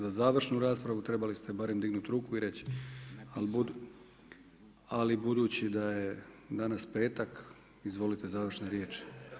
Za završnu raspravu trebali ste barem dignuti ruku i reći ali budući da je danas petak, izvolite završna riječ.